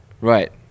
Right